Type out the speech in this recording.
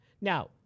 Now